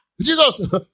Jesus